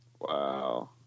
Wow